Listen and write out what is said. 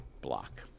block